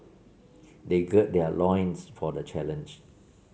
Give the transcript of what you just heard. they gird their loins for the challenge